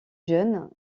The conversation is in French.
jeune